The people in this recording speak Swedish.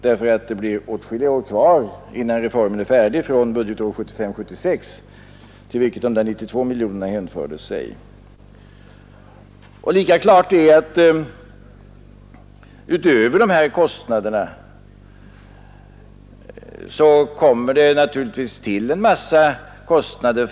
Det är åtskilliga år från budgetåret 1975/76, till vilket de 92 miljonerna hänför sig, till dess reformen är färdig. Lika klart är att det därutöver tillkommer en massa kostnader.